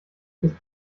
ist